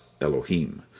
Elohim